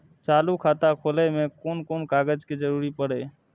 चालु खाता खोलय में कोन कोन कागज के जरूरी परैय?